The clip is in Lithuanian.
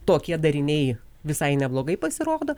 tokie dariniai visai neblogai pasirodo